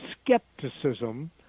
skepticism